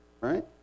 Right